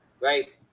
right